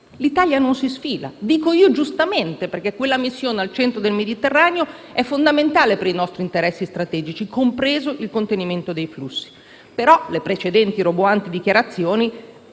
L'Italia non si sfila - secondo me giustamente - perché quella missione al centro del Mediterraneo è fondamentale per i nostri interessi strategici, compreso il contenimento dei flussi. Tuttavia, le precedenti roboanti dichiarazioni,